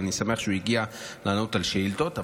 אבל אני שמח שהוא הגיע לענות על שאילתות.